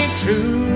true